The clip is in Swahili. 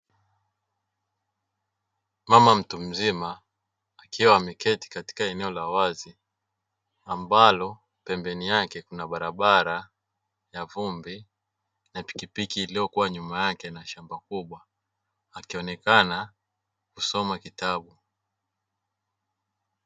Mama mtu mzima akiwa ameketi katika eneo la wazi ambalo pembeni yake kuna barabara ya vumbi na pikipiki iliyokuwa nyuma yake na shamba kubwa akionekana akisoma kitabu.